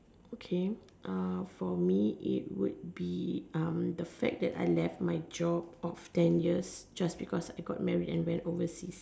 okay uh for me it would be um the fact that I left my job of ten years just because I got marriage and went overseas